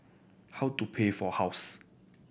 how to pay for house